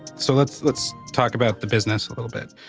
so let's let's talk about the business a little bit.